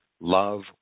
love